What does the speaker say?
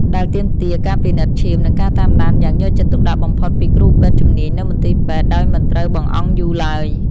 ដែលទាមទារការពិនិត្យឈាម និងការតាមដានយ៉ាងយកចិត្តទុកដាក់បំផុតពីគ្រូពេទ្យជំនាញនៅមន្ទីរពេទ្យដោយមិនត្រូវបង្អង់យូរឡើយ។